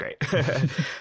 great